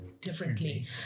differently